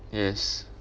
yes